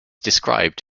described